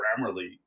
Grammarly